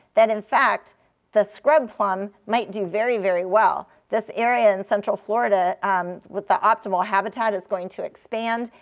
that in fact the scrub plum might do very, very well. this area in central florida um with the optimal habitat is going to expand,